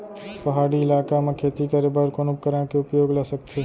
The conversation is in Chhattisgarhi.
पहाड़ी इलाका म खेती करें बर कोन उपकरण के उपयोग ल सकथे?